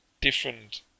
different